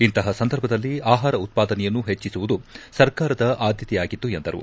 ಇಂತಹ ಸಂದರ್ಭದಲ್ಲಿ ಆಹಾರ ಉತ್ಸಾ ದನೆಯನ್ನು ಹೆಚ್ಚಿಸುವುದು ಸರ್ಕಾರದ ಆದ್ಯತೆಯಾಗಿತ್ತು ಎಂದರು